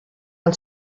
del